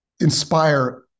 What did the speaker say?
inspire